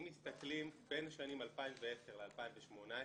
אם מסתכלים בין השנים 2010 ל-2018,